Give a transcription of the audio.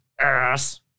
ass